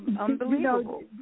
unbelievable